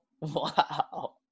Wow